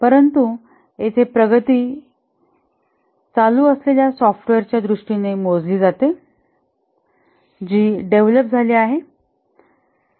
परंतु येथे प्रगती चालू असलेल्या सॉफ्टवेअरच्या दृष्टीने मोजली जाते जी डेव्हलप झाली आहे